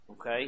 Okay